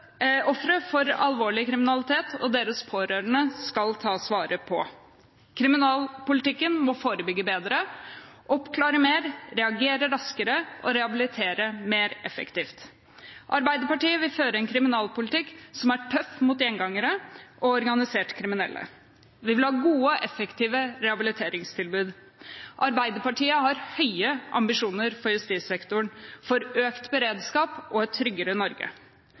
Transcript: Ofre for alvorlig kriminalitet og deres pårørende skal tas vare på. Kriminalpolitikken må forebygge bedre, oppklare mer, reagere raskere og rehabilitere mer effektivt. Arbeiderpartiet vil føre en kriminalpolitikk som er tøff mot gjengangere og organisert kriminelle. Vi vil ha gode, effektive rehabiliteringstilbud. Arbeiderpartiet har høye ambisjoner for justissektoren, for økt beredskap og for et tryggere Norge.